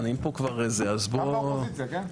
גם לאופוזיציה, כן?